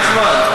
נחמן,